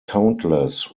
countless